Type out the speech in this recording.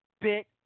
bit